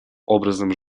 образом